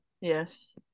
Yes